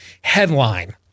headline